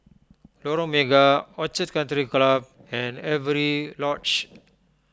Lorong Mega Orchid Country Club and Avery Lodge